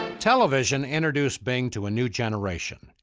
television introduced bing to a new generation.